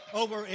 over